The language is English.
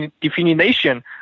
definition